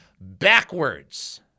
backwards